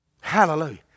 Hallelujah